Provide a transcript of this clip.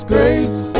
grace